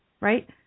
right